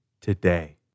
today